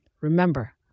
Remember